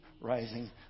rising